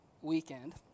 weekend